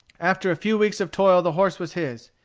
after a few weeks of toil the horse was his.